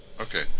Okay